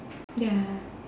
ya